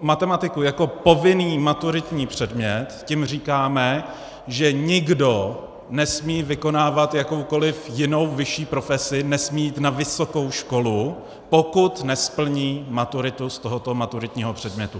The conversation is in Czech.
matematiku jako povinný maturitní předmět, tím říkáme, že nikdo nesmí vykonávat jakoukoli jinou vyšší profesi, nesmí jít na vysokou školu, pokud nesplní maturitu z tohoto maturitního předmětu.